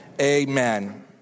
amen